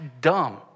dumb